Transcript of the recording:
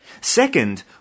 Second